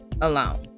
alone